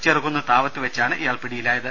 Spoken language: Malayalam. ചെറുകുന്ന് താവത്ത് വെച്ചാണ് ഇയാൾ പിടിയിലായത്